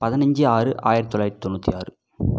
பதினைஞ்சி ஆறு ஆயிரத்தி தொள்ளாயிரத்தி தொண்ணூற்றி ஆறு